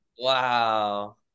Wow